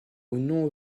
nom